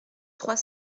trois